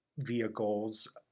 vehicles